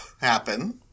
happen